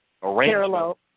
Parallel